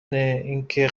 اینکه